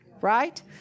Right